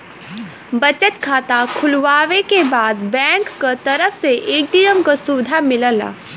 बचत खाता खुलवावे के बाद बैंक क तरफ से ए.टी.एम क सुविधा मिलला